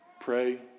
pray